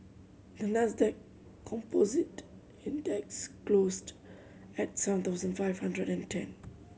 the Nasdaq Composite Index closed at seven thousand five hundred and ten